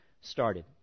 started